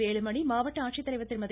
வேலுமணி மாவட்ட ஆட்சித்தலைவா் திருமதி